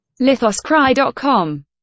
Lithoscry.com